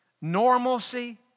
normalcy